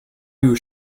you